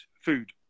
food